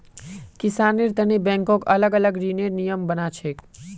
किसानेर तने बैंकक अलग स ऋनेर नियम बना छेक